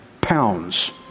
pounds